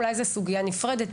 אולי זאת סוגיה נפרדת,